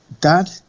Dad